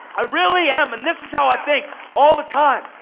i really am, and this is how i think all the time.